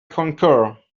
concur